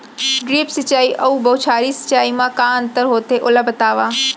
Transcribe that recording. Drip सिंचाई अऊ बौछारी सिंचाई मा का अंतर होथे, ओला बतावव?